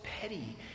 petty